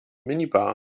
minibar